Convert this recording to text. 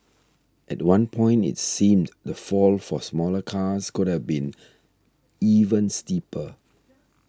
at one point it seemed the fall for smaller cars could have been even steeper